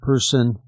person